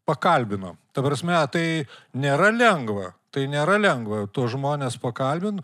pakalbino ta prasme tai nėra lengva tai nėra lengva tuos žmones pakalbint